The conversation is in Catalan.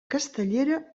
castellera